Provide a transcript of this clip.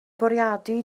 bwriadu